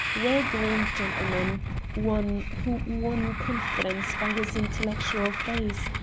well-groomed gentleman one who won confidence by his intellectual face,